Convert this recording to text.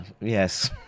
yes